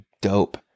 dope